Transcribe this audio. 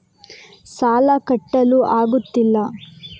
ಸಾಲ ಕಟ್ಟಲು ಆಗುತ್ತಿಲ್ಲ